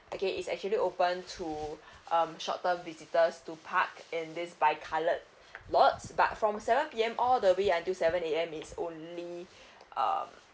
okay is actually open to um short term visitors to park in this white colored lot but from seven P_M all the way until seven A_M is only um